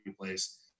place